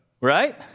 right